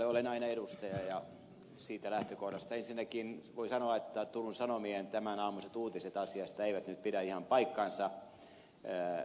olen aina edustaja ja siitä lähtökohdasta ensinnäkin voin sanoa että turun sanomien tämänaamuiset uutiset asiasta eivät nyt pidä ihan paikkaansa